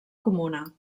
comuna